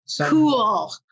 cool